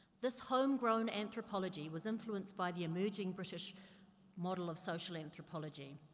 this homegrown anthropology was influenced by the emerging british model of social anthropology.